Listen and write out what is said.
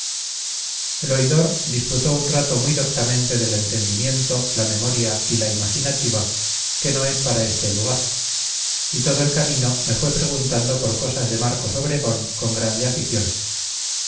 el oidor disputó un rato muy doctamente del entendimiento la memoria y la imaginativa que no es para este lugar y todo el camino me fue preguntando por cosas de marcos obregón con grande afición